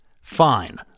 Fine